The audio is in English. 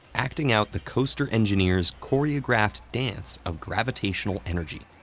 acting out the coaster engineer's choreographed dance of gravitational energy.